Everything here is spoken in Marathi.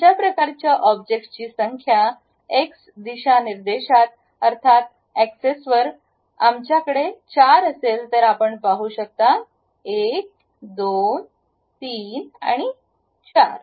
अशा प्रकारच्या ऑब्जेक्ट्सची संख्या एक्स दिशानिर्देशात अर्थात एक्सेस वर आमच्याकडे चार असेल तर आपण पाहू शकता 1 2 3 4